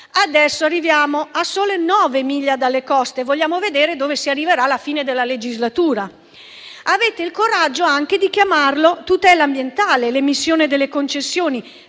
Adesso arriviamo a sole 9 miglia dalle coste. Vogliamo vedere dove si arriverà alla fine della legislatura. Avete anche il coraggio di chiamare tutela ambientale l'emissione delle concessioni